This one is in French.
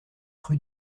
rue